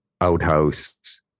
outhouse